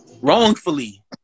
Wrongfully